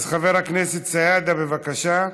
אז חבר הכנסת סידה, בבקשה.